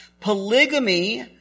Polygamy